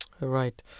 Right